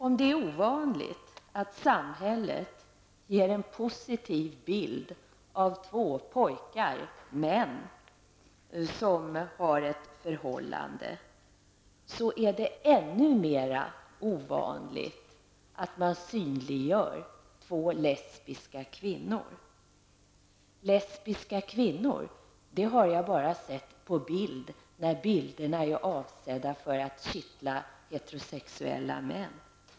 Om det är ovanligt att samhället ger en positiv bild av två pojkar, män, som har ett förhållande, så är det ännu mer ovanligt att man synliggör två lesbiska kvinnor. Lesbiska kvinnor har jag bara sett på bild när bilderna är avsedda att kittla heterosexuella män.